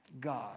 God